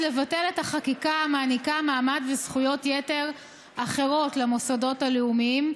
לבטל את החקיקה המעניקה מעמד וזכויות יתר אחרות למוסדות הלאומיים,